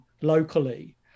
locally